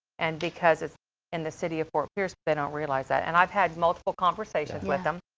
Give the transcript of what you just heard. and because it's and the city of fort pierce, they don't realize that. and i've had multiple conversations with them,